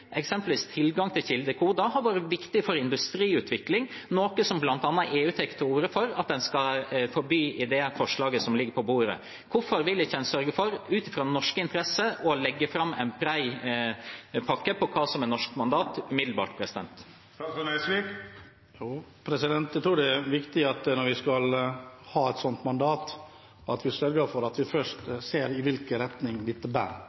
Eksempelvis har tilgang til kildekoder vært viktig for industriutvikling, noe som bl.a. EU tar til orde for at en skal forby i det forslaget som ligger på bordet. Hvorfor vil en ikke sørge for, ut fra norske interesser, umiddelbart å legge fram en bred pakke på hva som er norsk mandat? Jeg tror det er viktig når vi skal ha et sånt mandat, at vi sørger for først å se i hvilken retning dette bærer, og at vi